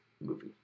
movie